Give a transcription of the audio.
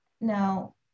Now